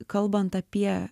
kalbant apie